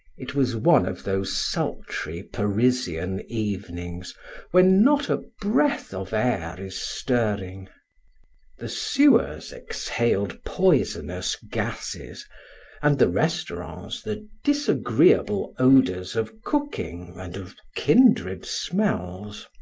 it was one of those sultry, parisian evenings when not a breath of air is stirring the sewers exhaled poisonous gases and the restaurants the disagreeable odors of cooking and of kindred smells.